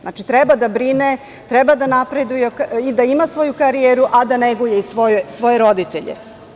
Znači, treba da napreduje, da ima svoju karijeru, a da neguje i svoje roditelje.